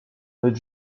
note